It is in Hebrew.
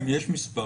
את משרד המשפטים,